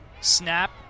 Snap